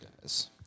guys